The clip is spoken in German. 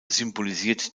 symbolisiert